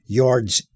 yards